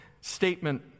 statement